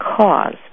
cause